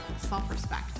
self-respect